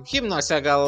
himnuose gal